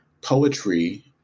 poetry